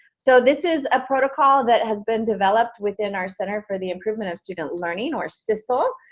so this is a protocol that has been developed within our center for the improvement of student learning or sisl.